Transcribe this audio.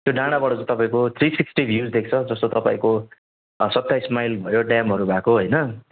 त्यो डाँडाबाट चाहिँ तपाईँको थ्री सिक्सटी भ्युस देख्छ जस्तै तपाईँको सत्ताइस माइल भयो ड्यामहरू भएको होइन